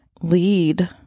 lead